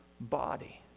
body